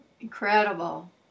Incredible